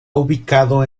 ubicado